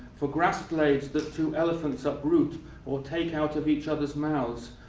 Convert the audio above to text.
for grass blades that two elephants uproot or take out of each other's mouths,